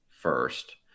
First